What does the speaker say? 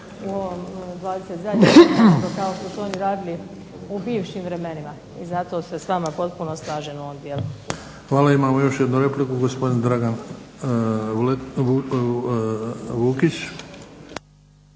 razumije./… nego kao što su oni radili u bivšim vremenima. I zato se s vama potpuno slažem u ovom dijelu. **Bebić, Luka (HDZ)** Hvala. Imamo još jednu repliku, gospodin Dragan Vukić.